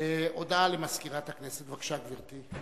הודעה למזכירת הכנסת, בבקשה, גברתי.